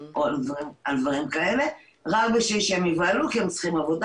רק כדי שהם ייבהלו כי הם צריכים עבודה